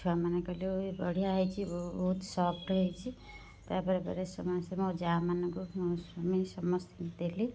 ଛୁଆମାନେ କହିଲେ ଓଏ ବଢ଼ିଆ ହୋଇଛି ବ ବହୁତ ସଫ୍ଟ୍ ହୋଇଛି ତାପରେ ପରେ ସମସ୍ତେ ମୋ ଯାଆମାନଙ୍କୁ ନେଇ ସମସ୍ତଙ୍କୁ ଦେଲି